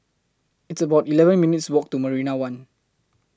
It's about eleven minutes' Walk to Marina one